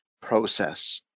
process